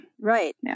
Right